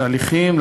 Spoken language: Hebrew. התהליכים,